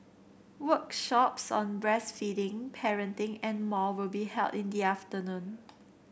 workshops on breastfeeding parenting and more will be held in the afternoon